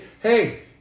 Hey